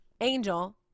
Angel